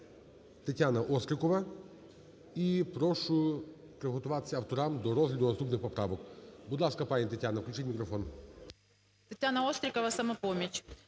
Тетяна Острікова, "Самопоміч".